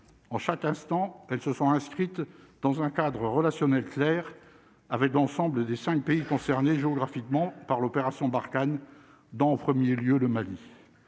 en chaque instant, elles se sont inscrites dans un cadre relationnel clair avec l'ensemble des 5 pays concernés géographiquement par l'opération Barkhane, dont en 1er lieu le Mali